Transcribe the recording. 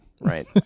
Right